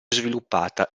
sviluppata